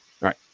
right